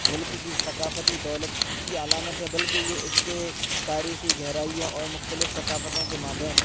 ملک کی ثقافتی دولت کی علامت ہے بلکہ یہ اس کے تاریخی گہرائیوں اور مختلف ثقافتوں کے مابین